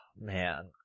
Man